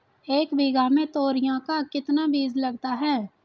एक बीघा में तोरियां का कितना बीज लगता है?